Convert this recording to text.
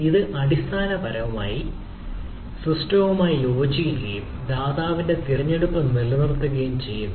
ഇത് അടിസ്ഥാനപരമായി സിസ്റ്റവുമായി യോജിക്കുകയും ദാതാവിന്റെ തിരഞ്ഞെടുപ്പ് നിലനിർത്തുകയും ചെയ്യുന്നു